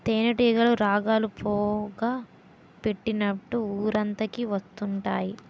తేనేటీగలు రాగాలు, పొగ పెట్టినప్పుడు ఊరంతకి వత్తుంటాయి